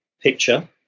picture